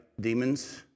demons